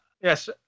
yes